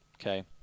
okay